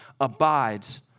abides